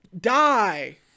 die